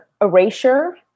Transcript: erasure